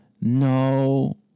No